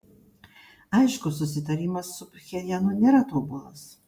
aišku susitarimas su pchenjanu nėra tobulas